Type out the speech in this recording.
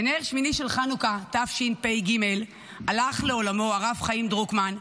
בנר השמיני של חנוכה תשפ"ג הלך לעולמו הרב חיים דרוקמן,